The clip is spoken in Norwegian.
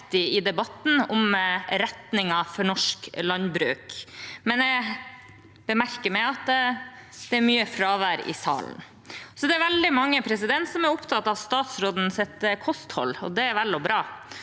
i debatten om retningen for norsk landbruk. Jeg merker meg at det er mye fravær i salen. Det er veldig mange som er opptatt av statsrådens kosthold, og det er vel og bra.